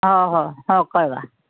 हो हो हो कळवा